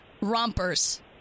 rompers